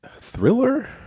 Thriller